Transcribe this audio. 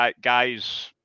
Guys